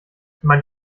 man